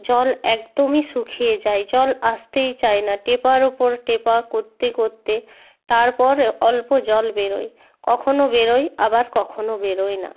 জল একদমই শুকিয়ে যায় জল আসতেই চায় না টেপার উপর টেপা করতে করতে তারপর অল্প জল বেরোয় কখনো বেরোয় আবার কখনো বেরোয় না